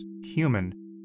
human